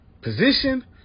position